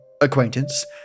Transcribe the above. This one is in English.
acquaintance